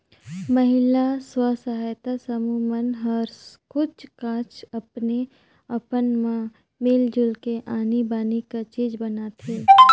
महिला स्व सहायता समूह मन हर कुछ काछ अपने अपन मन मिल जुल के आनी बानी कर चीज बनाथे